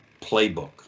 playbook